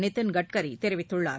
நிதின்கட்கரி தெரிவித்துள்ளார்